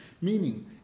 meaning